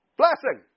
blessing